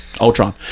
Ultron